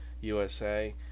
USA